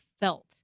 felt